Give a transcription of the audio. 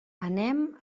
anem